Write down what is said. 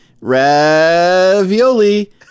Ravioli